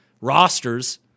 Rosters